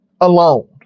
alone